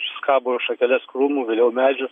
škabo šakeles krūmų vėliau medžių